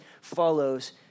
follows